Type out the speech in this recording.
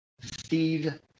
Steve